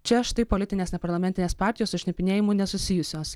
čia štai politinės neparlamentinės partijos su šnipinėjimu nesusijusios